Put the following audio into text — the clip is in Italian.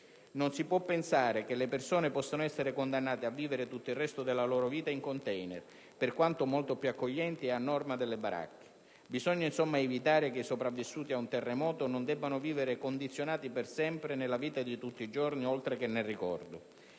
Non si può pensare che le persone possano essere condannate a vivere tutto il resto della loro vita in *container*, per quanto molto più accoglienti e a norma delle baracche. Bisogna, insomma, evitare che i sopravvissuti ad un terremoto debbano vivere condizionati da questa esperienza per sempre, nella vita di tutti i giorni, oltre che nel ricordo.